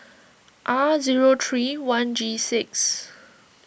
R zero three one G six